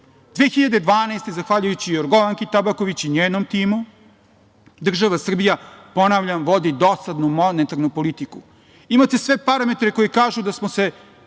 2012, zahvaljujući Jorgovanki Tabaković i njenom timu, država Srbija, ponavljam, vodi dosadnu monetarnu politiku. Imate sve parametre koji kažu da smo se,